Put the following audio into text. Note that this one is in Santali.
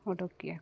ᱚᱰᱳᱠ ᱠᱮᱫᱟ ᱠᱚ